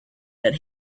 that